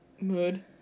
Mood